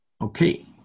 Okay